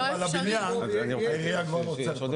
לטופס ארבע על הבניין, העירייה כבר לא עוצרת.